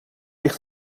ligt